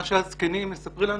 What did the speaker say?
מה שהזקנים מספרים לנו,